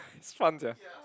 it's fun sia